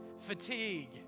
fatigue